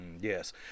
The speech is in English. Yes